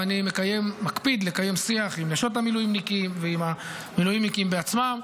ואני מקפיד לקיים שיח עם נשות המילואימניקים ועם המילואימניקים בעצמם.